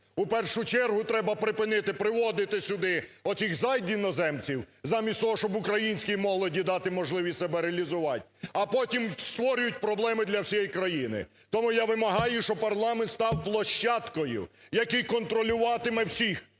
У першу чергу треба припинити приводити сюди оцих зайд-іноземців замість того, щоб українській молоді дати можливість себе реалізувати, а потім створюють проблеми для всієї країни. Тому я вимагаю, щоб парламент став площадкою, який контролюватиме всіх: